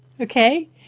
okay